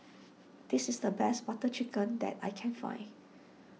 this is the best Butter Chicken that I can find